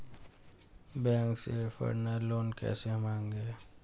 Bank से personal loan कैसे मांगें?